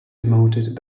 demoted